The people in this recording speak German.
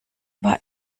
war